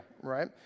right